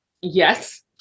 Yes